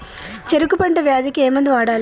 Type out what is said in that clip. చెరుకు పంట వ్యాధి కి ఏ మందు వాడాలి?